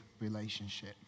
relationship